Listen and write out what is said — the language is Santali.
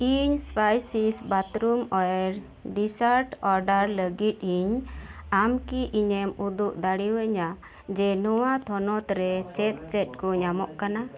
ᱤᱧ ᱥᱯᱟᱭᱥᱤᱥ ᱵᱟᱛᱷᱨᱩᱢ ᱳᱭᱮᱨ ᱰᱤᱥᱟᱨᱴ ᱚᱨᱰᱟᱨ ᱞᱟᱜᱤᱫ ᱤᱧ ᱟᱢ ᱠᱤ ᱤᱧᱮᱢ ᱩᱫᱩᱜ ᱫᱟᱲᱮᱣᱟᱹᱧᱟ ᱡᱮ ᱱᱚᱶᱟ ᱛᱷᱚᱱᱚᱛ ᱨᱮ ᱪᱮᱫ ᱪᱮᱫ ᱠᱚ ᱧᱟᱢᱚᱜ ᱠᱟᱱᱟ